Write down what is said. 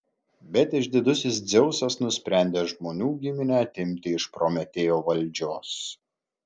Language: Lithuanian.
bet išdidusis dzeusas nusprendė žmonių giminę atimti iš prometėjo valdžios